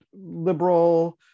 liberal